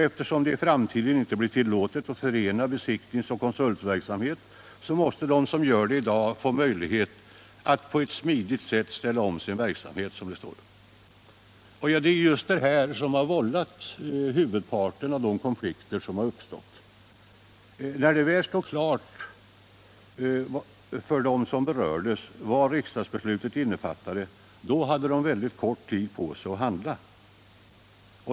Eftersom det i framtiden inte blir tillåtet att förena besiktningsoch konsultverksamhet, måste de som gör det i dag få möjlighet att, som det står, på ett smidigt sätt ställa om sin verksamhet. Det är just detta som har vållat huvudparten av de konflikter som uppstått. När det väl stod klart för dem som berördes vad riksdagsbeslutet innebar hade de mycket kort tid på sig att handla.